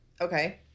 Okay